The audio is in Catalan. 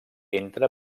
entra